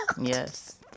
Yes